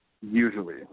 usually